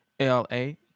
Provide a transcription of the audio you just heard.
L-A